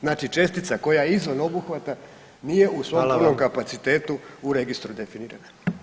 Znači čestica koja je izvan obuhvata nije u svom punom [[Upadica: Hvala vam.]] kapacitetu u Registru definirana.